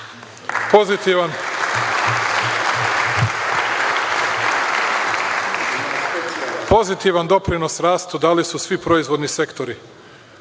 stolica. Pozitivan doprinos rastu dali su svi proizvodni sektori.